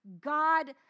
God